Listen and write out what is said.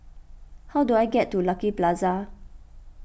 how do I get to Lucky Plaza